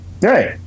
Right